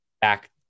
back